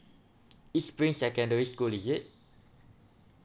east spring secondary school is it